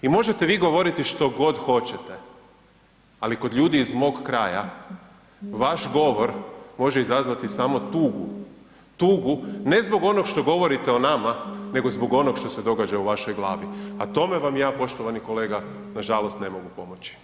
I možete vi govoriti što god hoćete, ali kod ljudi iz mog kraja vaš govor može izazvati samo tugu, tugu ne zbog onog što govorite o nama, nego zbog onog što se događa u vašoj glavi, a tome vam ja poštovani kolega nažalost ne mogu pomoći.